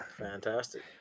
Fantastic